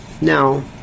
no